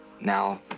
Now